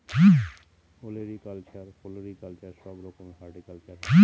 olericulture, floriculture সব রকমের horticulture হয়